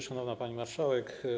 Szanowna Pani Marszałek!